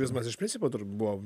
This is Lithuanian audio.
izmas iš principo buvo